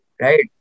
right